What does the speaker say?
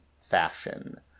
fashion